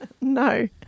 No